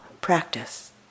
practice